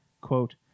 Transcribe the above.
quote